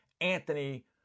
Anthony